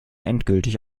endgültig